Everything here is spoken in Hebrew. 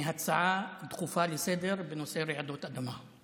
מהצעה דחופה לסדר-היום בנושא רעידות אדמה.